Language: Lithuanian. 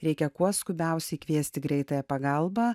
reikia kuo skubiausiai kviesti greitąją pagalbą